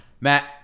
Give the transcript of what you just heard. Matt